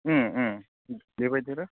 ओम ओम बेबायदि आरो